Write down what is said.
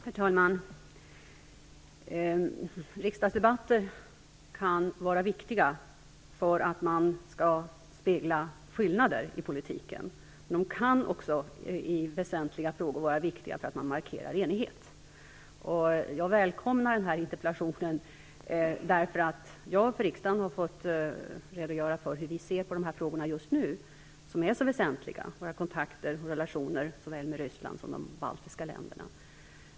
Herr talman! Riksdagsdebatter kan vara viktiga för att spegla skillnader i politiken. De kan också i väsentliga frågor vara viktiga, därför att man markerar enighet. Jag välkomnar denna interpellation, därför att jag för riksdagen har fått redogöra för hur vi just nu ser på dessa frågor, som är så väsentliga, nämligen våra kontakter och relationer med såväl Ryssland som med de baltiska länderna.